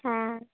হ্যাঁ